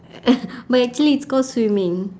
but actually it's called swimming